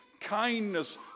kindness